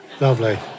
lovely